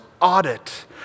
audit